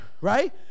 right